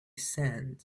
sand